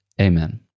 amen